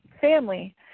family